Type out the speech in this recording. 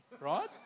right